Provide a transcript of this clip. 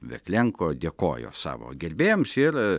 veklenko dėkojo savo gerbėjams ir